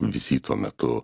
vizito metu